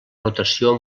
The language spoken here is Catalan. rotació